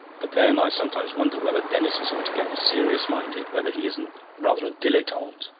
but then, i sometimes wonder whether denis is altogether serious-minded, whether he isn't rather a dilettante.